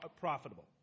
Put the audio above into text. profitable